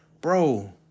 bro